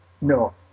No